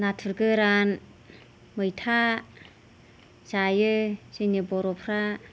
नाथुर गोरान मैथा जायो जोंनि बर'फ्रा